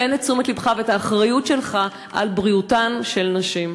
תן את תשומת לבך ואת האחריות שלך לבריאותן של נשים.